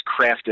crafted